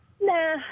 Nah